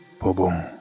Boom